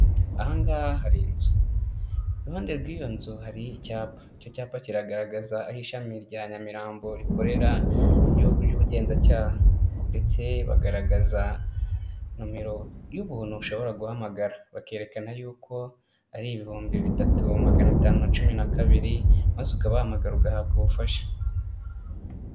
Aha ngaha hari inzu, iruhande rw'iyo nzu hari icyapa, icyo cyapa kiragaragaza aho ishami rya Nyamirambo rikorera ry'igihugu ry'ubugenzacyaha, ndetse bagaragaza numero y'ubuntu ushobora guhamagara, bakerekana yuko ari ibihumbi bitatu magana atanu na cumi nabiri, maze ukabahamagara ugahabwa ubufasha.